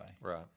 Right